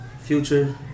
future